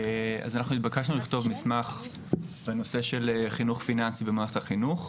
אנחנו התבקשנו לכתוב מסמך בנושא של חינוך פיננסי במערכת החינוך.